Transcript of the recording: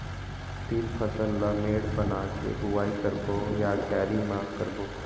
तील फसल ला मेड़ बना के बुआई करबो या क्यारी म करबो?